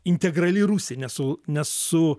integrali rusija nesu nesu